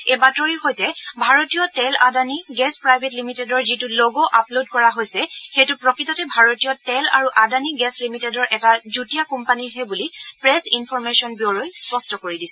এই বাতৰিৰ সৈতে ভাৰতীয় তেল আদানী গেছ প্ৰাইভেট লিমিটেডৰ যিটো ল'গ' আপলোড কৰা হৈছে সেইটো প্ৰকৃততে ভাৰতীয় তেল আৰু আদানী গেছ লিমিটেডৰ এটা যুটীয়া কোম্পানীৰহে বুলি প্ৰেছ ইনফৰমেচন ব্যুৰই স্পষ্ট কৰি দিছে